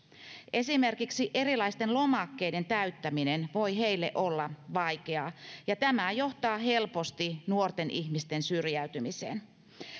esimerkiksi erilaisten lomakkeiden täyttäminen voi heille olla vaikeaa ja tämä johtaa helposti nuorten ihmisten syrjäytymiseen